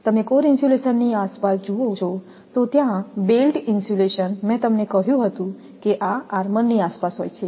તમે કોર ઇન્સ્યુલેશનની આસપાસ જુઓ છો તો ત્યાં બેલ્ટ ઇન્સ્યુલેશન મેં તમને કહ્યું હતું કે આ આર્મરની આસપાસ હોય છે